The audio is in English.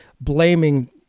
blaming